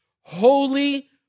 Holy